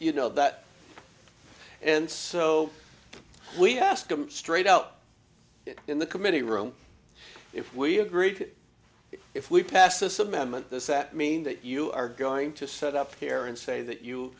you know that and so we asked them straight out in the committee room if we agreed if we pass this amendment this that mean that you are going to set up here and say that you